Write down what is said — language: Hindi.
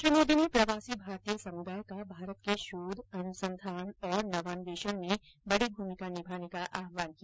श्री मोदी ने प्रवासी भारतीय समुदाय का भारत के शोध अनुसंधान और नवान्वेषण में बड़ी भूमिका निभाने का आहवान किया